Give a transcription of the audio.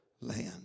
land